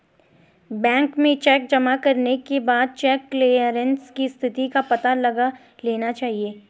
bank में cheque जमा करने के बाद चेक क्लेअरन्स की स्थिति का पता लगा लेना चाहिए